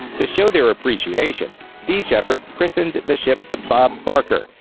to show their appreciation, sea shepherd christened the ship the bob barker,